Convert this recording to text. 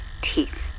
teeth